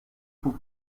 puc